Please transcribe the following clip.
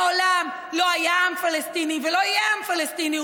מעולם לא היה עם פלסטיני ולא יהיה עם פלסטיני,